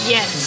Yes